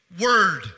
word